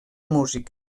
música